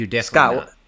Scott